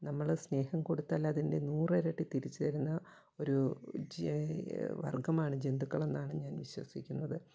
നമ്മൾ സ്നേഹം കൊടുത്താൽ അതിന്റെ നൂറ് ഇരട്ടി തിരിച്ചുതരുന്ന ഒരു ജെയ് വർഗമാണ് ജന്തുക്കളെന്നാണ് ഞാൻ വിശ്വസിക്കുന്നത്